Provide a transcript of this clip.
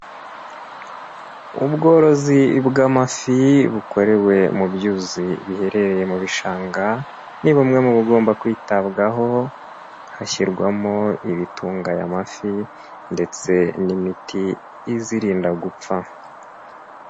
Ubworozi bw'amafi bukorewe mu byuzi biherereye mu bishanga, ni bumwe mu bugomba kwitabwaho, hashyirwamo ibitunga aya mafi ndetse n'imiti izirinda gupfa.